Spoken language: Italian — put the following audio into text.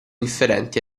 differenti